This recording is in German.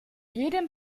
jedem